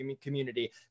community